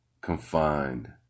confined